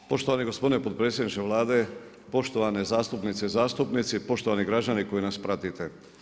Poštovani gospodine potpredsjedniče Vlade, poštovane zastupnice i zastupnici, poštovani građani koji nas pratite.